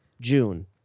June